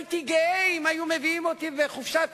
הייתי גאה אם היו מביאים אותי בחופשת